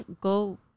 go